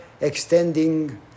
extending